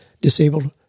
disabled